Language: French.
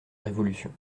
révolution